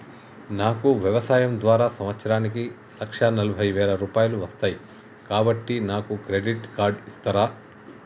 నాకు వ్యవసాయం ద్వారా సంవత్సరానికి లక్ష నలభై వేల రూపాయలు వస్తయ్, కాబట్టి నాకు క్రెడిట్ కార్డ్ ఇస్తరా?